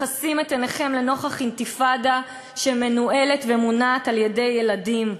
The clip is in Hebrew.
מכסים את עיניכם לנוכח אינתיפאדה שמנוהלת ומונעת על-ידי ילדים.